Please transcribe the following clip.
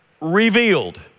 revealed